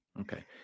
Okay